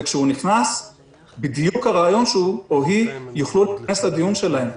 וכשהוא נכנס הרעיון הוא בדיוק שהוא או היא יוכלו להיכנס לדיון שלהם.